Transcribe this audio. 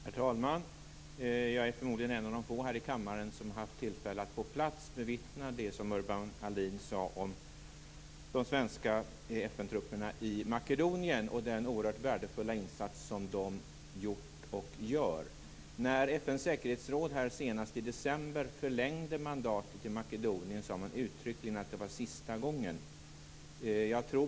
Herr talman! Jag är förmodligen en av de få här i kammaren som haft tillfälle att på plats bevittna det Urban Ahlin talade om, nämligen de svenska FN trupperna i Makedonien och den oerhört värdefulla insats som de gjort och gör. När FN:s säkerhetsråd i december förlängde mandatet i Makedonien sade man uttryckligen att det var sista gången.